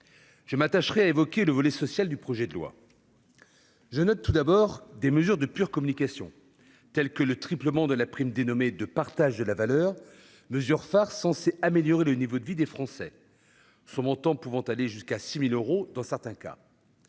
Je m'attacherai à évoquer le volet social du projet de loi. Je note tout d'abord des mesures de pure communication, telles que le triplement de la prime dénommée « de partage de la valeur », mesure phare censée améliorer le niveau de vie des Français, son montant pouvant aller jusqu'à 6 000 euros dans certains cas.